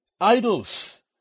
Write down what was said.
idols